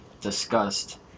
discussed